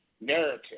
Narrative